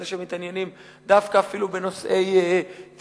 אלא אלה שמתעניינים דווקא אפילו בנושאי תקשורת,